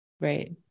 Right